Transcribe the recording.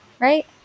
right